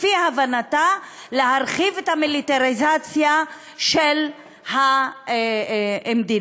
לפי הבנתה, להרחיב את המיליטריזציה של המדינה,